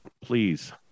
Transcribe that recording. please